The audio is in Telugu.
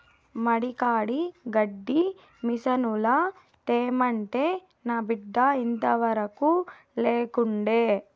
మడి కాడి గడ్డి మిసనుల తెమ్మంటే నా బిడ్డ ఇంతవరకూ లేకుండే